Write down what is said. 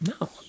No